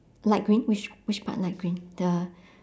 light green which which part light green the